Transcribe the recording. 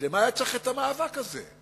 אז למה היה צריך את המאבק הזה?